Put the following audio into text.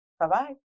Bye-bye